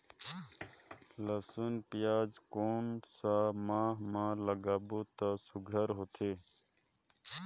लसुन पियाज कोन सा माह म लागाबो त सुघ्घर होथे?